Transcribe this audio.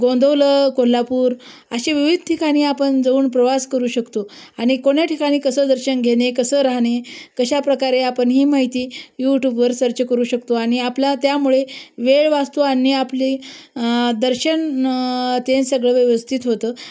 गोंदवलं कोल्हापूर असे विविध ठिकाणी आपण जावून प्रवास करू शकतो आणि कोण्या ठिकाणी कसं दर्शन घेणे कसं राहणे कशाप्रकारे आपण ही माहिती यूट्यूबवर सर्च करू शकतो आणि आपला त्यामुळे वेळ वाचतो आणि आपली दर्शन ते सगळं व्यवस्थित होतं